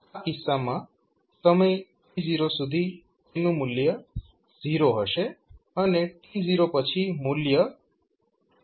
આ કિસ્સામાં સમય t0 સુધી તેનું મૂલ્ય 0 હશે અને t0પછી મૂલ્ય 1 મળશે